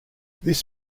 this